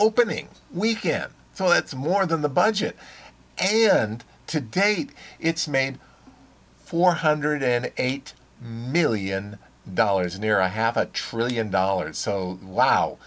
opening weekend so that's more than the budget and to date it's made four hundred and eight million dollars near a half a trillion dollars so wow